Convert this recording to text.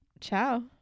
ciao